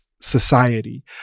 society